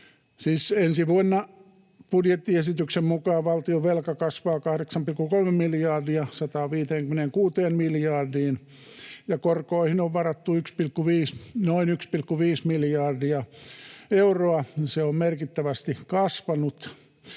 ensi vuonna budjettiesityksen mukaan valtionvelka kasvaa 8,3 miljardia 156 miljardiin, ja korkoihin on varattu noin 1,5 miljardia euroa. Se on merkittävästi kasvanut